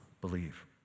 Believe